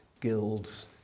guilds